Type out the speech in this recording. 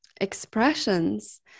expressions